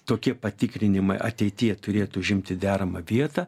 tokie patikrinimai ateityje turėtų užimti deramą vietą